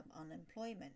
unemployment